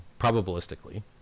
probabilistically